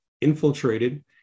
infiltrated